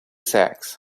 sacks